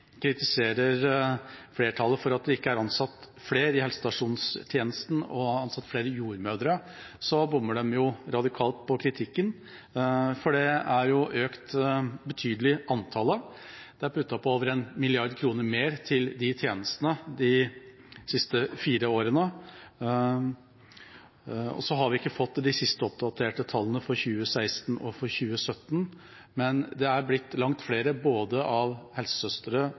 kritiserer flertallet for at det ikke er ansatt flere i helsestasjonstjenesten og flere jordmødre, bommer de radikalt med kritikken, for antallet er økt betydelig. Det er puttet på over én milliard kroner mer til de tjenestene de siste fire årene. Vi har ikke fått de siste oppdaterte tallene for 2016 og for 2017, men det er blitt langt flere både helsesøstre,